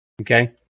Okay